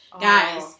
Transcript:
guys